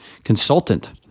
consultant